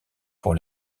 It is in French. pour